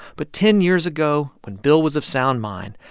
but ten years ago, when bill was of sound mind,